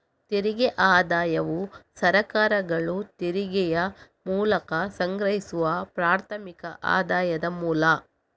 ತೆರಿಗೆ ಆದಾಯವು ಸರ್ಕಾರಗಳು ತೆರಿಗೆಯ ಮೂಲಕ ಸಂಗ್ರಹಿಸುವ ಪ್ರಾಥಮಿಕ ಆದಾಯದ ಮೂಲ